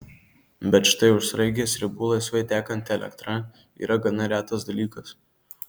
bet štai už sraigės ribų laisvai tekanti elektra yra gana retas dalykas